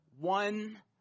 one